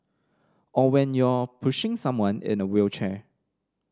or when you're pushing someone in a wheelchair